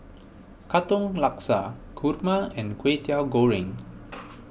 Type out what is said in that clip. Katong Laksa Kurma and Kway Teow Goreng